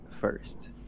first